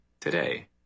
today